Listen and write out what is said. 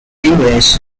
english